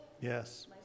Yes